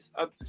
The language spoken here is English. up